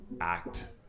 act